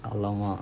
!alamak!